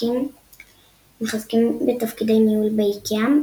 מחזקים בתפקידי ניהול באיקאה,